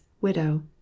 widow